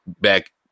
back